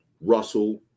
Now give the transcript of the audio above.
Russell